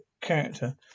character